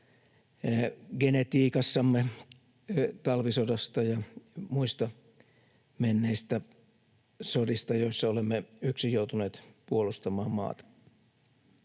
genetiikassamme talvisodasta ja muista menneistä sodista, joissa olemme yksin joutuneet puolustamaan maata.